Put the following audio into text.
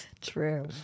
True